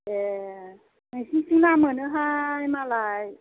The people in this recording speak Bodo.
ए नोंसोरनिथिं ना मोनोहाय मालाय